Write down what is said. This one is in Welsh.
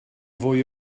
fwy